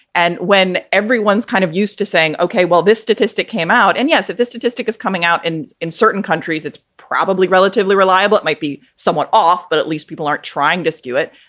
and when everyone's kind of used to saying, ok, well, this statistic came out. and yes, if this statistic is coming out and in certain countries, it's probably relatively reliable, it might be somewhat off, but at least people aren't trying to skew it.